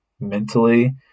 mentally